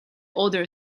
other